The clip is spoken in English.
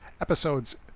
episodes